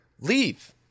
leave